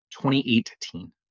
2018